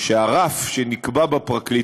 שהרשות המבצעת לא תקבע כללי